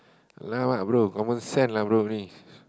now lah bro confirm send lah bro only